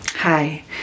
Hi